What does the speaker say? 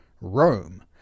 Rome